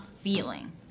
feeling